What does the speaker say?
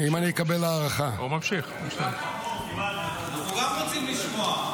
תגיד, אנחנו רוצים לשמוע.